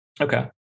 Okay